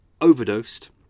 overdosed